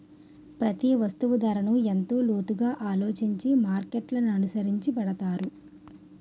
ప్రతి వస్తువు ధరను ఎంతో లోతుగా ఆలోచించి మార్కెట్ననుసరించి పెడతారు